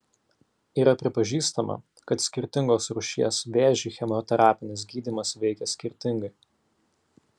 yra pripažįstama kad skirtingos rūšies vėžį chemoterapinis gydymas veikia skirtingai